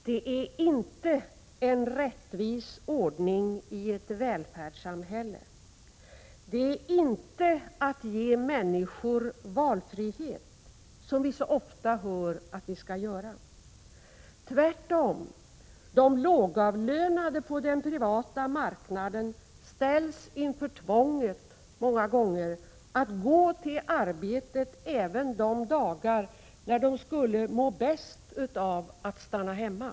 Det är inte en rättvis ordning i ett välfärdssamhälle. Det är inte att ge människorna valfrihet, som vi så ofta hör att vi skall göra. Tvärtom — de lågavlönade på den privata marknaden ställs många gånger inför tvånget att gå till arbetet även de dagar när de skulle må bäst av att stanna hemma.